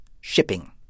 shipping